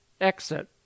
exit